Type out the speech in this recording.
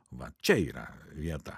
va čia yra vieta